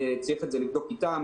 צריך לבדוק את זה אִתם.